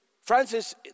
Francis